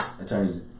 attorneys